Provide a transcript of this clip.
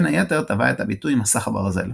בין היתר טבע את הביטוי "מסך הברזל".